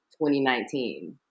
2019